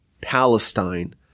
Palestine